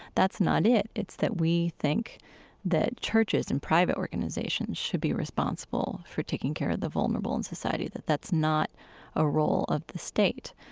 that's not it. it's that we think that churches and private organizations should be responsible for taking care of the vulnerable in society, that that's not a role of the state.